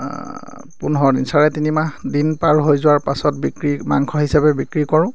পোন্ধৰ দিন চাৰে তিনিমাহ দিন পাৰ হৈ যোৱাৰ পাছত বিক্ৰী মাংস হিচাপে বিক্ৰী কৰোঁ